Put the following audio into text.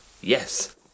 Yes